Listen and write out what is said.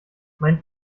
mein